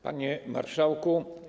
Panie Marszałku!